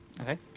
Okay